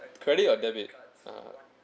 credit or debit ah